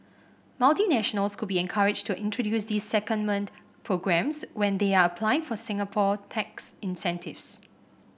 multinationals could be encouraged to introduce these secondment programmes when they are applying for Singapore tax incentives